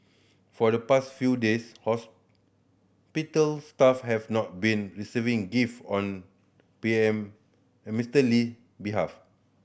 for the past few days hospital staff have not been receiving gift on P M Mister Lee behalf